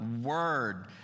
Word